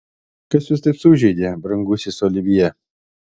kas jūs taip sužeidė brangusis olivjė